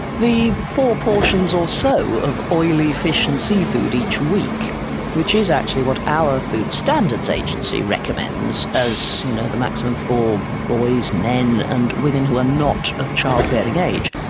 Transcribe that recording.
the four portions or so of oily fish and seafood each week which is actually what our food standards agency recommends as you know the maximum for boys, men and women who are not of childbearing age,